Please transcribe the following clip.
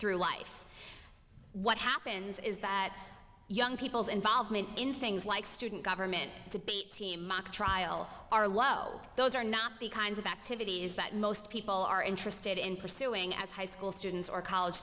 through life what happens is that young people's involvement in things like student government debate team mock trial are low those are not the kinds of activities that most people are interested in pursuing as high school students or college